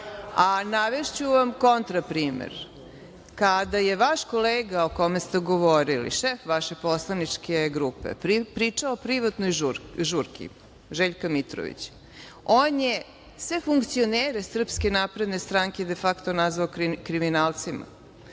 a navešću vam kontra primer, kada je vaš kolega o kome ste govorili, šef vaše poslaničke grupe, pričao o privatnoj žurci Željka Mitrovića, on je sve funkcionere SNS, de fakto nazvao kriminalcima.